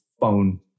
phone